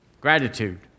gratitude